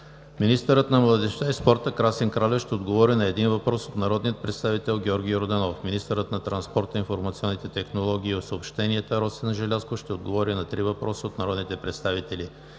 Министърът на младежта и спорта Красен Кралев ще отговори на един въпрос от народния представител Георги Йорданов. 7. Министърът на транспорта, информационните технологии и съобщенията Росен Желязков ще отговори на три въпроса от народните представители